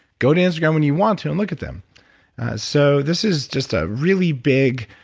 go to instagram when you want to and look at them so this is just a really big,